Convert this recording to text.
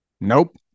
Nope